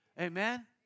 Amen